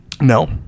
No